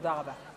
תודה רבה.